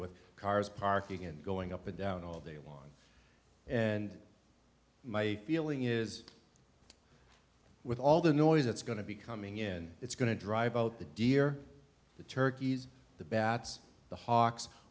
with cars parking and going up and down all day long and my feeling is with all the noise that's going to be coming in it's going to drive out the deer the turkeys the bats the h